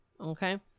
Okay